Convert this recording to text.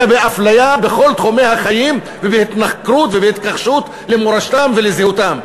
אלא באפליה בכל תחומי החיים ובהתנכרות ובהתכחשות למורשתם ולזהותם.